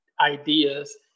ideas